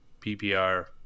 PPR